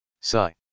Sigh